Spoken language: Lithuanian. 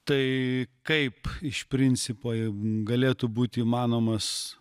tai kaip iš principo galėtų būti įmanomas